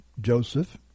Joseph